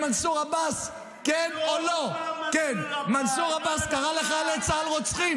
גאה --- אתה לא חתמת על החשמל